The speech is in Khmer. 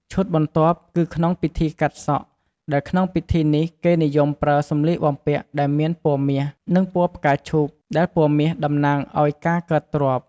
ឈុតបន្ទាប់គឺក្នុងពិធីកាត់សក់ ដែលក្នុងពិធីនេះគេនិយមប្រើសម្លៀកបំពាក់ដែលមានពណ៍មាស និងពណ៍ផ្កាឈូក ដែលពណ៍មាសតំណាងឲ្យការកើតទ្រព្យ។